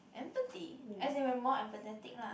empathy as in we're more empathetic lah